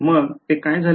मग ते काय झाले